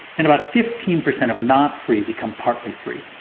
and about fifteen percent of not free become partly free.